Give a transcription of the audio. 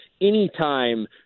anytime